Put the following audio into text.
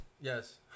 Yes